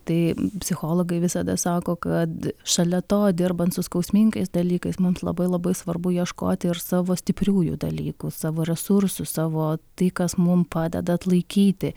tai psichologai visada sako kad šalia to dirbant su skausmingais dalykais mums labai labai svarbu ieškoti ir savo stipriųjų dalykų savo resursų savo tai kas mum padeda atlaikyti